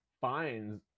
finds